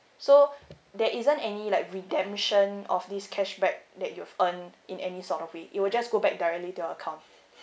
so there isn't any like redemption of this cashback that you've earned in any sort of it it will just go back directly to your account